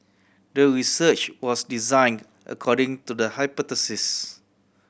the research was design according to the hypothesis